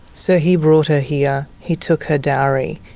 so he brought her here, he took her dowry,